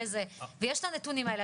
ויש את הנתונים האלה,